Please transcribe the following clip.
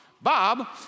Bob